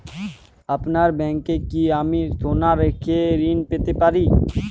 আপনার ব্যাংকে কি আমি সোনা রেখে ঋণ পেতে পারি?